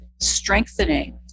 strengthening